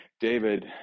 David